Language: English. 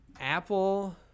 Apple